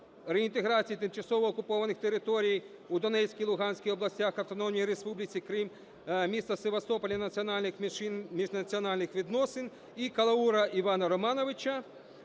реінтеграції тимчасово окупованих територій у Донецькій, Луганській областях та Автономної Республіки Крим, міста Севастополя, національних меншин міжнаціональних відносин; і Калаура Івана Романовича